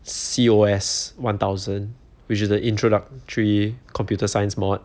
C_O_S one thousand which is the introductory computer science mod